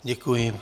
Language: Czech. Děkuji.